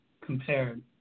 compared